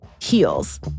Heels